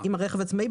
העצמאי,